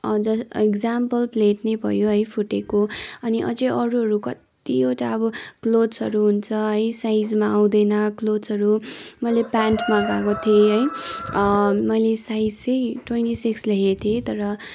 just example plates नै भयो है फुटेको अनि अझै अरूहरू कतिवटा अब क्लोत्सहरू हुन्छ है साइजमा आउँदैन क्लोत्सहरू मैले प्यान्ट मगाएको थिएँ है मैले साइज चाहिँ ट्वेन्टी सिक्स लेखेको थिएँ तर